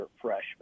freshman